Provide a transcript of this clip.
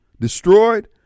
destroyed